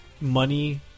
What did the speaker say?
money